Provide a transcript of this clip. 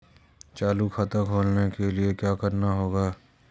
चालू खाता खोलने के लिए क्या करना होगा?